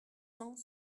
cent